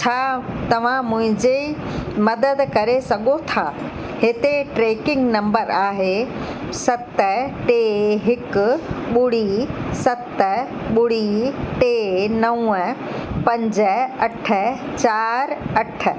छा तव्हां मुंहिंजे मदद करे सघो था हिते ट्रैकिंग नम्बर आहे सत टे हिकु ॿुड़ी सत ॿुड़ी टे नवं पंज अठ चारि अठ